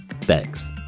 thanks